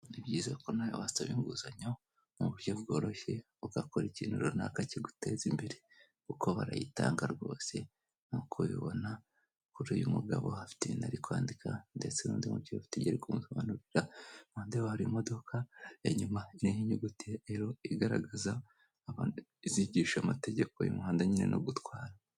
Ni byiza ko nawe wasaba inguzanyo mu buryo bworoshye ugakora ikintu runaka kiguteza imbere. Kuko barayitanga rwose nk'uko ubibona kuri uyu mugabo afite ibintu ari kwandika ,ndetse n'undi mubyeyi utegereje ko bamusobanurira. Iruhande hari imodoka , inyuma hariho inyuguti igaragaza izigisha amategeko y'umuhanda nyine no gutwara.